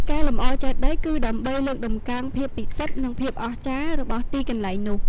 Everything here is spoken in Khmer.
ការលម្អចេតិយ គឺដើម្បីលើកតម្កើងភាពពិសិដ្ឋ និងភាពអស្ចារ្យ របស់ទីកន្លែងនោះ។